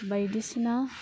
बायदिसिना